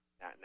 Now